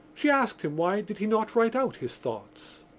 she asked him why did he not write out his thoughts.